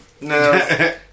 no